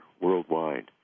worldwide